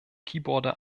keyboarder